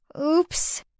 Oops